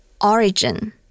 Origin